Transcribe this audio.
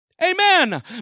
Amen